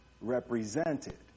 represented